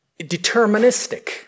deterministic